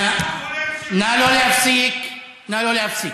נא לא להפסיק, נא לא להפסיק.